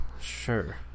Sure